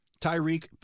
Tyreek